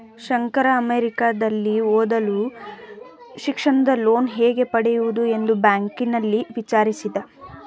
ಶಂಕರ ಅಮೆರಿಕದಲ್ಲಿ ಓದಲು ಶಿಕ್ಷಣದ ಲೋನ್ ಹೇಗೆ ಪಡೆಯುವುದು ಎಂದು ಬ್ಯಾಂಕ್ನಲ್ಲಿ ವಿಚಾರಿಸಿದ